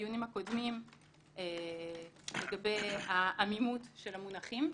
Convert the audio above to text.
בדיונים הקודמים היו עוד שאלות לגבי העמימות של המונחים.